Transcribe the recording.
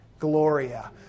Gloria